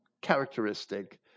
characteristic